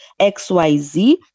xyz